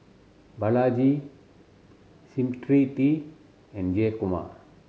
Balaji Smriti and Jayakumar